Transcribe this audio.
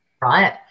right